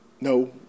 No